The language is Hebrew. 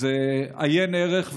אז עיין ערך,